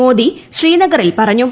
മോദി ശ്രീനഗറിൽ പറഞ്ഞു